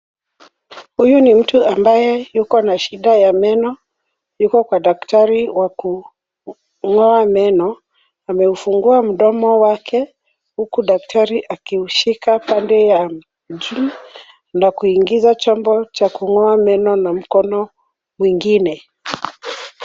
Huyu ni mtu ambaye yukona shida ya meno. Yuko kwa daktari wa kung'oa meno. Ameufungua mdomo wake huku daktari akiushika pande ya juu na kuigiza chombo cha kung'oa meno na mkono mwingine.